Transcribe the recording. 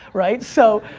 right, so,